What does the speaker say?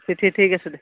ঠিক আছে দে